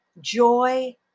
joy